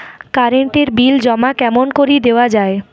Current এর bill জমা কেমন করি দেওয়া যায়?